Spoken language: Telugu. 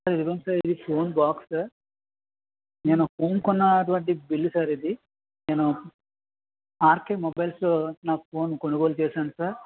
సార్ ఇదిగో అండి సార్ ఇది ఫోన్ బాక్స్ సార్ నేను ఫోన్ కొన్నటువంటి బిల్ సార్ ఇది నేను ఆర్కే మొబైల్స్లో నా ఫోన్ కొనుగోలు చేశాను సార్